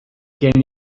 gen